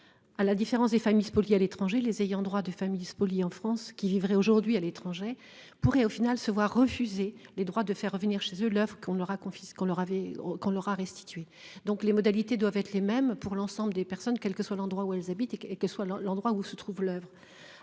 À la différence des familles spoliées à l'étranger, les ayants droit des familles spoliées en France qui vivrait aujourd'hui à l'étranger pourraient au final se voir refuser les droits de faire revenir chez eux qu'on aura, confie ce qu'on leur avait qu'on leur a restitué donc les modalités doivent être les mêmes pour l'ensemble des personnes, quelle que soit l'endroit où elle habite et que et que soit l'endroit où se trouve l'oeuvre